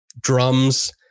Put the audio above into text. drums